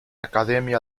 academia